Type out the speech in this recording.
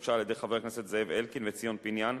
שהוגשה על-ידי חברי הכנסת זאב אלקין וציון פיניאן,